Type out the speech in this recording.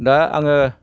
दा आङो